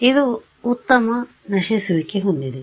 ಇದು ಉತ್ತಮ ನಶಿಸುವಿಕೆ ಹೊಂದಿದೆ